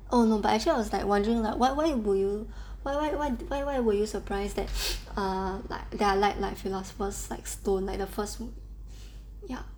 oh no but actually I was like wondering like why why were you why why why why why were you surprise that err that I like like philosopher's like stone like the first one ya